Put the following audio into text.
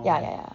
ya ya ya